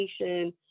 education